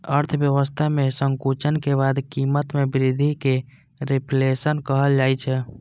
अर्थव्यवस्था मे संकुचन के बाद कीमत मे वृद्धि कें रिफ्लेशन कहल जाइ छै